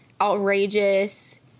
outrageous